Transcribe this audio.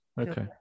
okay